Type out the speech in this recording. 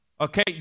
okay